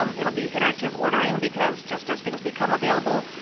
um it will be iterative ordering because just as things become available,